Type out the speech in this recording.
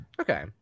Okay